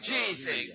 Jesus